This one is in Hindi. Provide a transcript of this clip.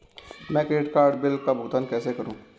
मैं क्रेडिट कार्ड बिल का भुगतान कैसे करूं?